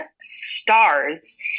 stars